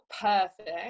perfect